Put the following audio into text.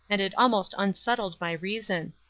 and it almost unsettled my reason.